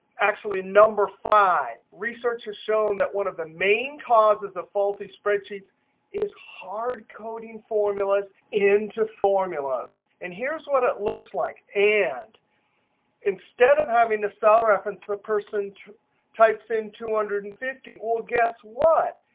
actually, number five research has shown that one of the main causes of faulty spreadsheets is hard coding formulas into formulas. and here's what it looks like. and instead of having the cell reference, the person types in two hundred and fifty. well, guess what?